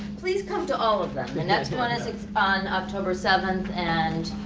please come to all of them. the next one is on october seventh and